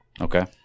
Okay